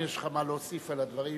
אם יש לך מה להוסיף על הדברים,